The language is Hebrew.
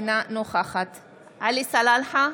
אינה נוכחת עלי סלאלחה,